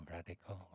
Radical